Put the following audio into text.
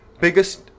biggest